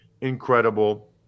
incredible